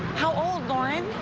how old, lauren!